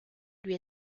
lui